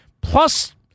plus